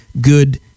good